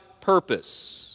purpose